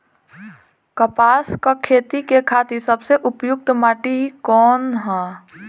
कपास क खेती के खातिर सबसे उपयुक्त माटी कवन ह?